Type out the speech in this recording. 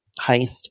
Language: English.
heist